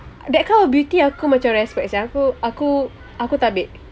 that kind of beauty aku macam respect sia aku aku aku tabik